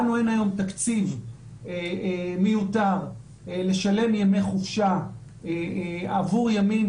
לנו אין היום תקציב מיו תר לשלם ימי חופשה עבור ימי